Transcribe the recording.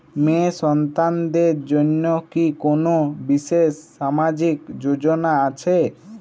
মেয়ে সন্তানদের জন্য কি কোন বিশেষ সামাজিক যোজনা আছে?